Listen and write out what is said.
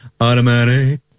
automatic